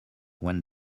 when